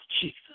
Jesus